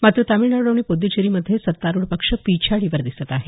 मात्र तामिळनाडू आणि पुद्दचेरीमध्ये सत्तारुढ पक्ष पिछाडीवर दिसत आहेत